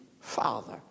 Father